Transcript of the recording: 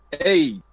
hey